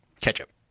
Ketchup